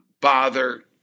bother